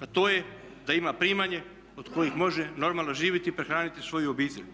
a to je da ima primanje od kojih može normalno živjeti i prehraniti svoju obitelj.